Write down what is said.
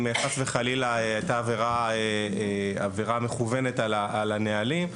חס וחלילה הייתה עבירה מכוונת על הנהלים.